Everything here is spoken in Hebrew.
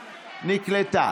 נקלטה.